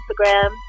instagram